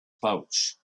pouch